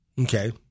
Okay